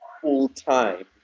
full-time